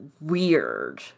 weird